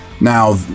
Now